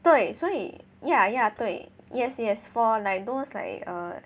对所以 ya ya 对 yes yes for like those like err